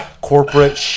corporate